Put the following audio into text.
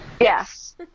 Yes